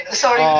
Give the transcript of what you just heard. sorry